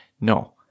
no